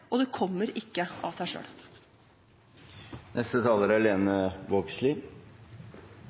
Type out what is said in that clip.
og det kommer ikke av seg